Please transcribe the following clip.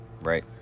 Right